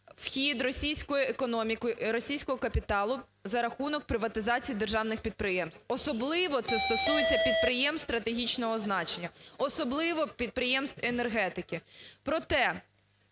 вхід російської економіки, російського капіталу за рахунок приватизації державних підприємств, особливо це стосується підприємств стратегічного значення, особливо – підприємств енергетики. Проте